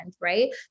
right